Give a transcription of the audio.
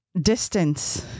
distance